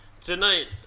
Tonight